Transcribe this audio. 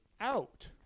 Out